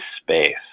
space